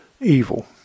evil